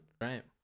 Right